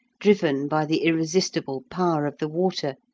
driven by the irresistible power of the water,